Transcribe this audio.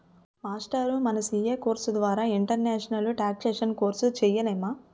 మాస్టారూ మన CA course ద్వారా ఇంటర్నేషనల్ టేక్సేషన్ కోర్సు సేయలేమా